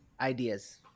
ideas